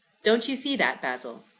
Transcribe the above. don't you see that, basil?